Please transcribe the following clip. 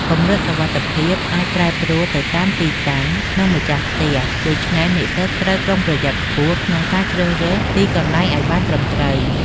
កម្រិតសុវត្ថិភាពអាចប្រែប្រួលទៅតាមទីតាំង និងម្ចាស់ផ្ទះ ដូច្នេះនិស្សិតត្រូវប្រុងប្រយ័ត្នខ្ពស់ក្នុងការជ្រើសរើសទីកន្លែងឱ្យបានត្រឹមត្រូវ។